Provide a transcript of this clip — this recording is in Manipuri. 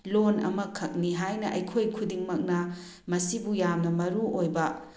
ꯂꯣꯜ ꯑꯃꯈꯛꯅꯤ ꯍꯥꯏꯅ ꯑꯩꯈꯣꯏ ꯈꯨꯗꯤꯡꯃꯛꯅ ꯃꯁꯤꯕꯨ ꯌꯥꯝꯅ ꯃꯔꯨꯑꯣꯏꯕ